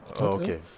Okay